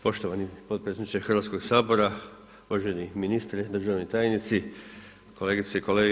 Poštovani potpredsjedniče Hrvatskog sabora, uvaženi ministre, državni tajnici, kolegice i kolege.